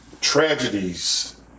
tragedies